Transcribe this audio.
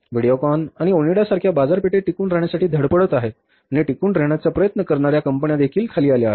व्हिडिओकॉन आणि ओनिडा सारख्या बाजारपेठेत टिकून राहण्यासाठी धडपडत आहेत आणि टिकून राहण्याचा प्रयत्न करणाऱ्या कंपन्यादेखील खाली आल्या आहेत